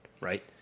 Right